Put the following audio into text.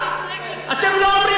אלו דברים